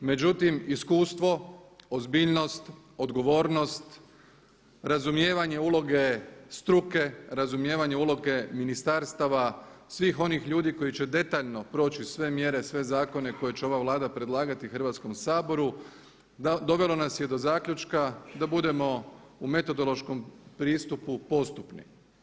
Međutim iskustvo, ozbiljnost, odgovornost, razumijevanje uloge struke, razumijevanje uloge ministarstava, svih onih ljudi koji će detaljno proći sve mjere, sve zakone koje će ova Vlada predlagati Hrvatskom saboru dovelo nas je do zaključka da budemo u metodološkom pristupu postupni.